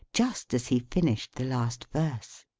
just as he finished the last verse.